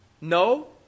No